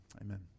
Amen